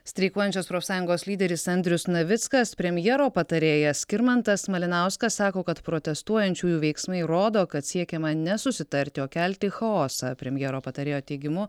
streikuojančios profsąjungos lyderis andrius navickas premjero patarėjas skirmantas malinauskas sako kad protestuojančiųjų veiksmai rodo kad siekiama ne susitarti o kelti chaosą premjero patarėjo teigimu